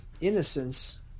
innocence